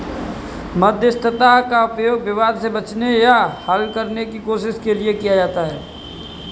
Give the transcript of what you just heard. मध्यस्थता का उपयोग विवाद से बचने या हल करने की कोशिश के लिए किया जाता हैं